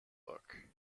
book